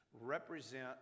represent